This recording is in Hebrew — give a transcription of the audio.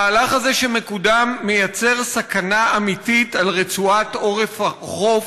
המהלך הזה שמקודם מייצר סכנה אמיתית לרצועת עורף החוף,